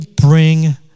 bring